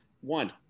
one